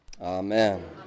Amen